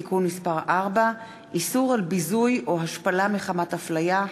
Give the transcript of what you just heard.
(תיקון מס' 4) (איסור על ביזוי או השפלה מחמת הפליה),